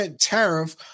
tariff